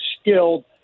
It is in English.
skilled